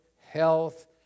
health